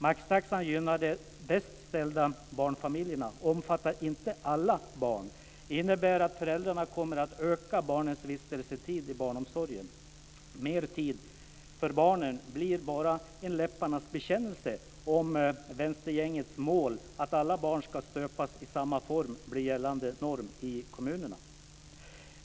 Maxtaxan gynnar de bäst ställda barnfamiljerna, omfattar inte alla barn och innebär att föräldrarna kommer att öka barnens vistelsetid i barnomsorgen. "Mer tid för barnen" blir bara en läpparnas bekännelse om vänstergängets mål att alla barn ska stöpas i samma form blir gällande norm i kommunerna.